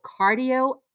cardio